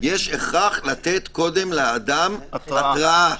לתת קודם לאדם התראה.